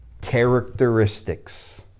characteristics